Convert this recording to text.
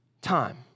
time